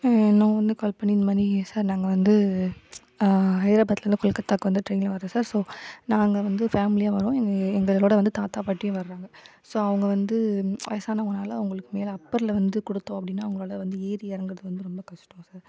நான் வந்து கால் பண்ணி இந்தமாதிரி சார் நாங்கள் வந்து ஹைதராபாத்துலேருந்து கொல்கத்தாவுக்கு வந்து ட்ரைனில் வரணும் ஸோ நாங்கள் வந்து பேமிலியா வர்றோம் எங்கள் எங்களோடய வந்து தாத்தா பாட்டியும் வர்றாங்க ஸோ அவங்க வந்து வயசானவங்கனால அவங்களுக்கு மேலே அப்பரில் வந்து கொடுத்தோம் அப்படின்னா அவங்களால வந்து ஏறி இறங்குறது வந்து ரொம்ப கஸ்டம் சார்